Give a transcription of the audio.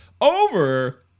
over